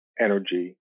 energy